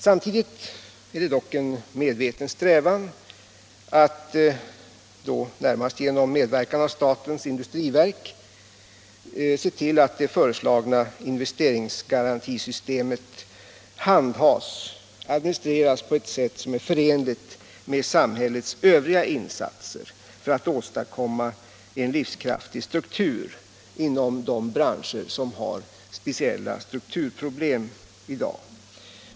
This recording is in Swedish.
Samtidigt är det dock en medveten strävan att, närmast genom medverkan av statens industriverk, se till att det föreslagna investeringsgarantisystemet administreras på ett sätt som är förenligt med samhällets övriga insatser för att åstadkomma en livskraftig struktur inom de branscher som har speciella strukturproblem i dag.